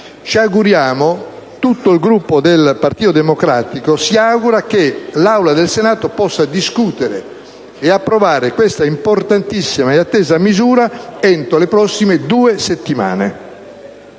esaminati. Tutto il Gruppo del Partito Democratico si augura che l'Aula del Senato possa discutere e approvare questa importantissima e attesa misura entro le prossime due settimane.